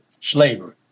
slavery